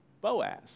Boaz